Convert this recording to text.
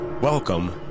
welcome